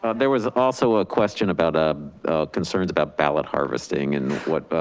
ah there was also a question about, ah concerns about ballot harvesting and what? but